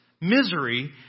misery